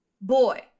boy